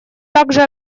также